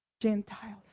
Gentiles